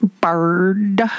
bird